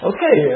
Okay